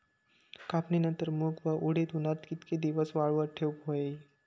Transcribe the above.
कापणीनंतर मूग व उडीद उन्हात कितके दिवस वाळवत ठेवूक व्हये?